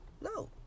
No